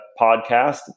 podcast